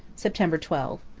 september twelve.